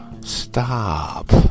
stop